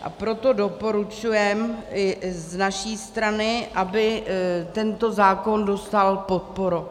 A proto doporučujeme z naší strany, aby tento zákon dostal podporu.